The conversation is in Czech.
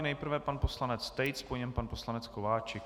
Nejprve pan poslanec Tejc, po něm pan poslanec Kováčik.